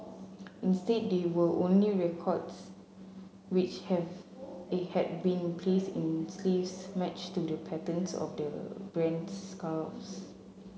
instead there were only records which have had been placed in sleeves matched to the patterns of the brand's scarves